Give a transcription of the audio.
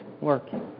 working